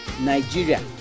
Nigeria